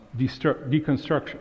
Deconstruction